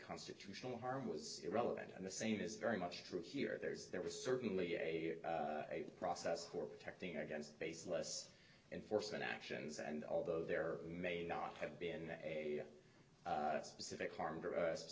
constitutional harm was irrelevant and the same is very much true here there is there was certainly a process for protecting against baseless and force and actions and although there may not have been a specific harm to us t